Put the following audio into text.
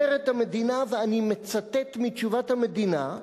ואני מצטט מתשובת המדינה: